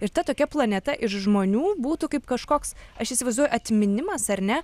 ir ta tokia planeta iš žmonių būtų kaip kažkoks aš įsivaizuiju atminimas ar ne